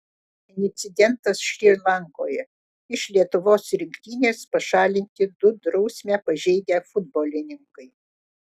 incidentas šri lankoje iš lietuvos rinktinės pašalinti du drausmę pažeidę futbolininkai